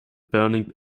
burning